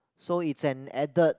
so it's an added